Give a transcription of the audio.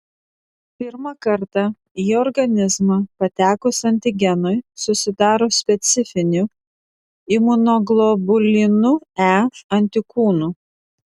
pirmą kartą į organizmą patekus antigenui susidaro specifinių imunoglobulinų e antikūnų